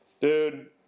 Dude